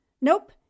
Nope